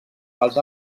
pels